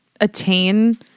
attain